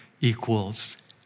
equals